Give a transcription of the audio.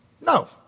No